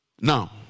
Now